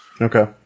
Okay